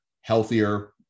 healthier